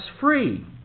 free